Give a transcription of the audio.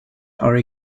are